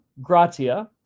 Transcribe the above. gratia